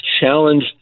challenge